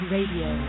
Radio